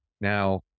Now